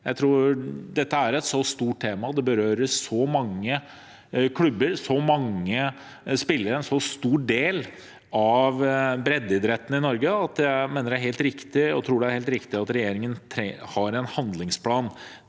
Dette er et så stort tema, og det berører så mange klubber, så mange spillere og en så stor del av breddeidretten i Norge, at jeg tror det er helt riktig at regjeringen har en handlingsplan.